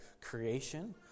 creation